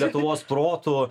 lietuvos protų